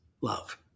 love